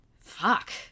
Fuck